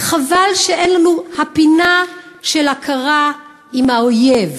חבל שאין לנו הפינה של היכרות עם האויב,